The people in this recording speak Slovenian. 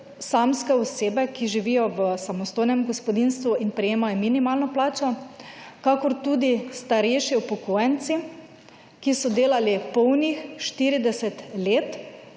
samske osebe, ki živijo v samostojnem gospodinjstvu in prejemajo minimalno plačo kakor tudi starejši upokojenci, ki so delali polnih 40 let,